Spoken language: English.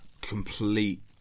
complete